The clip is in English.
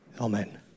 Amen